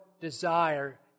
desire